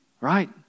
right